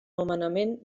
nomenament